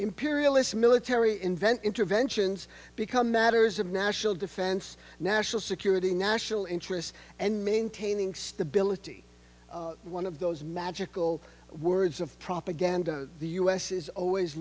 imperialist military invent interventions become matters of national defense national security national interests and maintaining stability one of those magical words of propaganda the us is always